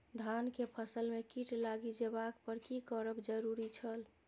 धान के फसल में कीट लागि जेबाक पर की करब जरुरी छल?